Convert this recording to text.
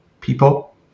people